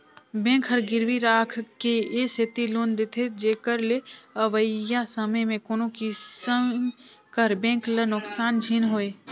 bank हर गिरवी राखके ए सेती लोन देथे जेकर ले अवइया समे में कोनो किसिम कर बेंक ल नोसकान झिन होए